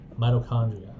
mitochondria